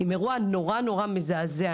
עם אירוע נורא מזעזע,